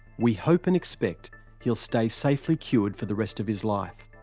we hope and expect he'll stay safely cured for the rest of his life.